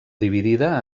dividida